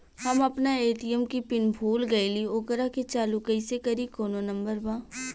हम अपना ए.टी.एम के पिन भूला गईली ओकरा के चालू कइसे करी कौनो नंबर बा?